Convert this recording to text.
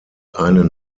einen